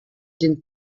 den